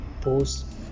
post